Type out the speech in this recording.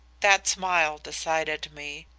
that smile decided me.